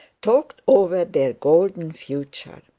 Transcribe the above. talked over their golden future.